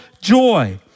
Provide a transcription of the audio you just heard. joy